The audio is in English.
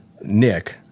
Nick